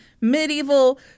medieval